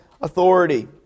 authority